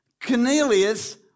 Cornelius